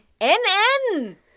N-N